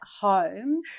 home